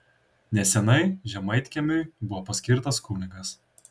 neseniai žemaitkiemiui buvo paskirtas kunigas